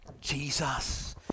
Jesus